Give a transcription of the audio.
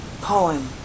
poem